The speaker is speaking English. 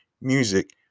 music